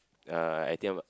uh I think I